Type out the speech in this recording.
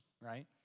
right